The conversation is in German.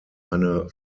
eine